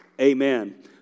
Amen